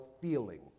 feeling